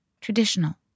Traditional